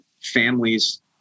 families